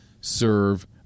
serve